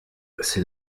c’est